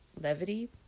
levity